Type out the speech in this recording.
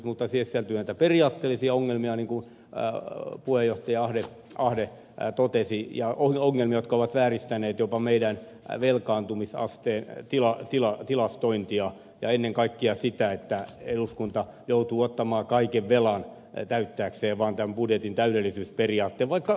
mutta siihen sisältyy näitä periaatteellisia ongelmia niin kuin puheenjohtaja ahde totesi ja ongelmia jotka ovat vääristäneet jopa meidän velkaantumisasteemme tilastointia ja ennen kaikkea sitä että eduskunta joutuu ottamaan kaiken velan täyttääkseen vaan tämän budjetin täydellisyysperiaatteen vaikka kassassa olisi rahaa